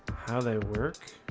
how they work